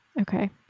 Okay